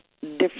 different